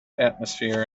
atmosphere